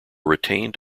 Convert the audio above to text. retained